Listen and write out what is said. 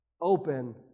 open